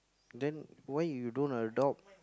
then why you don't adopt